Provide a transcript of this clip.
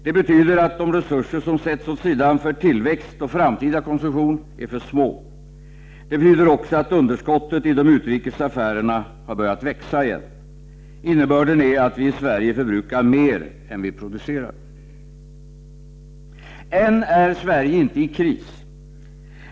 Det betyder att de resurser som sätts åt sidan för tillväxt och framtida konsumtion är för små. Det betyder också att underskottet i de utrikes affärerna återigen har börjat växa. Innebörden är att vi i Sverige förbrukar mer än vi producerar. Än är Sverige inte i kris.